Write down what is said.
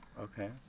Okay